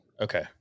Okay